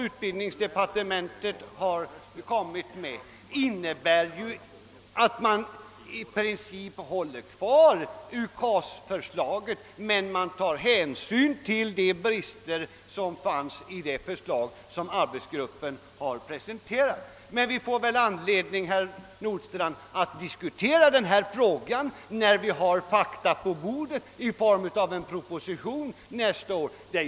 Utbildningsdepartementets signaler innebär ju att man i princip håller fast vid UKAS-förslaget, men man tar hänsyn till de brister som fanns i det förslag som arbetsgruppen presenterade. Vi får väl anledning, herr Nordstrandh, att diskutera denna fråga när vi har fakta på bordet i form av en proposition nästa år.